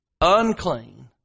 unclean